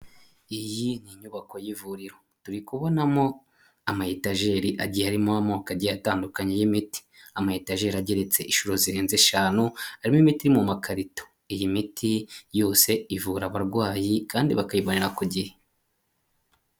Iyi ni inyubako y'ivuriro turi kubonamo ama etajeri agiye arimo amoko agiye atandukanye y'imiti ama etageri ageretse inshuro zirenze eshanu arimo imiti mu makarito, iyi miti yose ivura abarwayi kandi bakayibonera ku gihe.